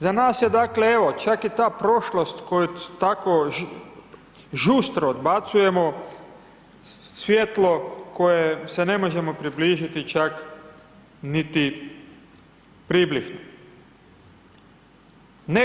Za nas je, dakle, evo, čak i ta prošlost koju tako žustro odbacujemo, svijetlo kojem se ne možemo približiti čak niti približno.